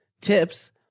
tips